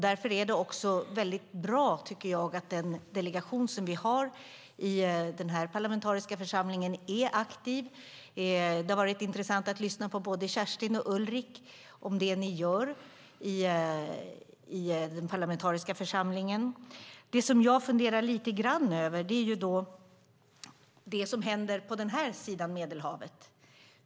Därför tycker jag att det är bra att den delegation som vi har i denna parlamentariska församling är aktiv. Det har varit intressant att lyssna på både Kerstin och Ulrik och höra om det ni gör i den parlamentariska församlingen. Jag funderar lite grann på det som händer på denna sida Medelhavet.